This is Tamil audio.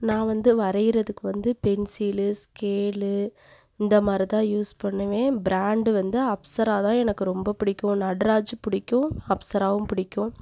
நான் வந்து வரைகிறதுக்கு வந்து பென்சிலு ஸ்கேலு இந்த மாதிரிதான் யூஸ் பண்ணுவேன் பிராண்டு வந்து அப்சரா தான் எனக்கு ரொம்ப பிடிக்கும் நட்ராஜ் பிடிக்கும் அப்சராவும் பிடிக்கும்